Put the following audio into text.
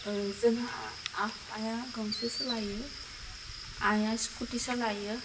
जोंहा आफाया गंसे सालायो आइआ स्कुटि सालायो